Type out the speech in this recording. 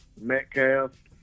Metcalf